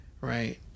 right